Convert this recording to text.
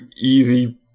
easy